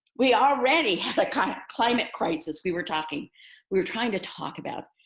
we already have a kind of climate crisis. we were talking, we were trying to talk about,